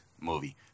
movie